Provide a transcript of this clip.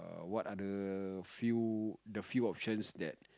err what other few the few options that